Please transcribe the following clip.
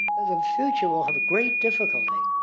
the future will have great difficulty.